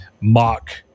mock